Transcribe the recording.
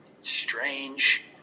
strange